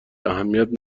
اهمیت